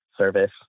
service